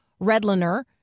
Redliner